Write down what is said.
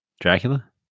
Dracula